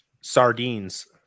sardines